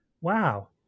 wow